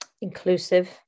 inclusive